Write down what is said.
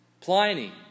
Pliny